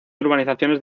urbanizaciones